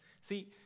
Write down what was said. See